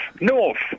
North